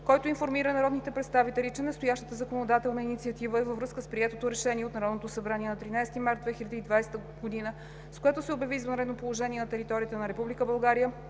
който информира народните представители, че настоящата законодателна инициатива е във връзка с приетото Решение от Народното събрание на 13 март 2020 г., с което се обяви извънредно положение на територията на